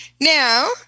Now